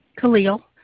Khalil